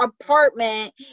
apartment